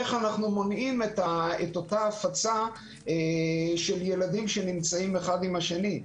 איך אנחנו מונעים את אותה הפצה בקרב ילדים שנמצאים אחד עם השני.